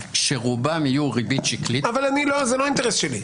שרובם יהיו ריבית שקלית --- אבל זה לא האינטרס שלי.